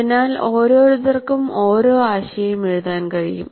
അതിനാൽ ഓരോരുത്തർക്കും ഓരോ ആശയം എഴുതാൻ കഴിയും